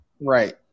Right